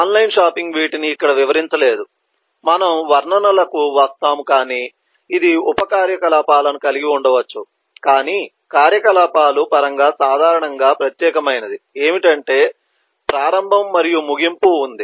online shopping వీటిని ఇక్కడ వివరించలేదు మనము వర్ణనలకు వస్తాము కాని ఇది ఉప కార్యకలాపాలను కలిగి ఉండవచ్చు కాని కార్యకలాపాల పరంగా సాధారణంగా ప్రత్యేకమైనది ఏమిటంటే ప్రారంభం మరియు ముగింపు ఉంది